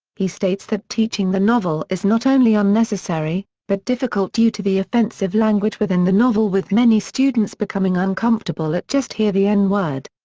he states that teaching the novel is not only unnecessary, but difficult due to the offensive language within the novel with many students becoming uncomfortable at just hear the n-word.